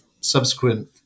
subsequent